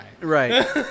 Right